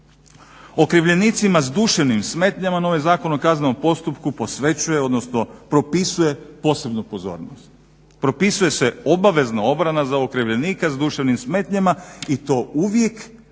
Okrivljenicima s duševnim smetnjama novi Zakon o kaznenom postupku posvećuje odnosno propisuje posebnu pozornost. Propisuje se obavezan obrana za okrivljenika s duševnim smetnjama i to uvijek kada